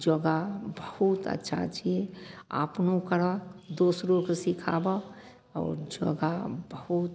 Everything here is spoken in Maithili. योगा बहुत अच्छा छियै अपनो करऽ दोसरोके सिखाबऽ आओर योगा बहुत